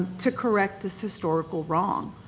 to correct this historical wrong.